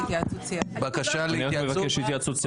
אני מבקש התייעצות סיעתית.